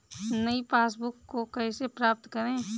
नई पासबुक को कैसे प्राप्त करें?